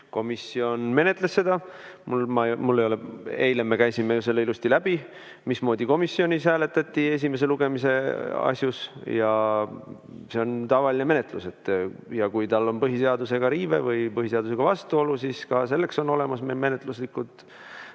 Komisjon menetles seda. Eile me käisime selle ilusti läbi, mismoodi komisjonis hääletati esimese lugemise asjus. Ja see on tavaline menetlus. Kui tal on põhiseaduse riive või põhiseadusega vastuolu, siis ka selleks on meil olemas menetluslikud